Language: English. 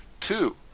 Two